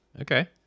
okay